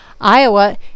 Iowa